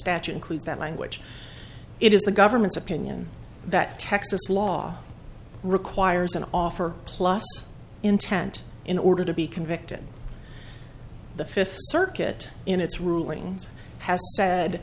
statute includes that language it is the government's opinion that texas law requires an offer plus intent in order to be convicted the fifth circuit in its rulings has said